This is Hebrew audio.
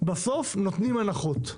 הוא שבסוף נותנים הנחות.